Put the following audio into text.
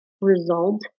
result